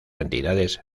entidades